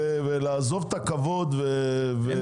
לעזוב את הכבוד ולדבר.